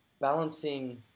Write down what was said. balancing